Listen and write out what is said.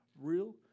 real